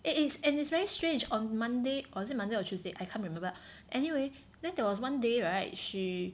it is and it's very strange on Monday or is it Monday or Tuesday I can't remember anyway then there was one day right she